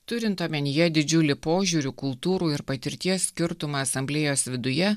turint omenyje didžiulį požiūrių kultūrų ir patirties skirtumą asamblėjos viduje